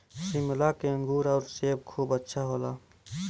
शिमला के अंगूर आउर सेब खूब अच्छा होला